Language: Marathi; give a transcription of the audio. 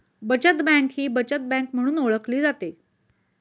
बचत बँक ही बचत बँक म्हणून ओळखली जाते